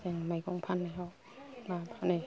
जों मैगं फाननायाव मा हनै